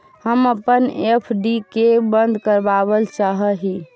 हम अपन एफ.डी के बंद करावल चाह ही